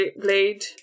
blade